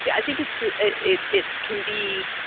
yeah i think it's just it it can be.